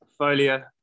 folia